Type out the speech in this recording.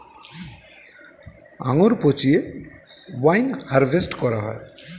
আঙ্গুর পচিয়ে wine harvest করা হয়